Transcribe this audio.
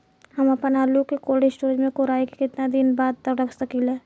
हम आपनआलू के कोल्ड स्टोरेज में कोराई के केतना दिन बाद रख साकिले?